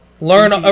Learn